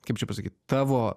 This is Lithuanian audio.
kaip čia pasakyt tavo